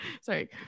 Sorry